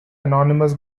anonymous